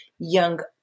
young